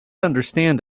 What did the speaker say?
understand